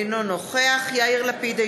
אינו נוכח יאיר לפיד,